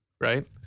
right